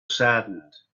saddened